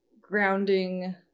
grounding